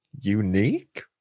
unique